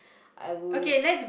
I would